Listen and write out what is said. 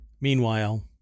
Meanwhile